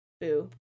boo